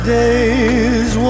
days